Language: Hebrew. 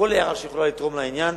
כל הערה שיכולה לתרום לעניין.